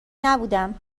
نبودم